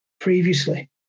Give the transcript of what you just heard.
previously